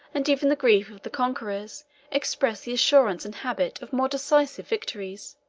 and even the grief of the conquerors expressed the assurance and habit of more decisive victories.